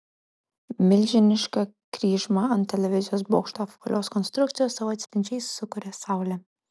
milžinišką kryžmą ant televizijos bokšto apvalios konstrukcijos savo atspindžiais sukuria saulė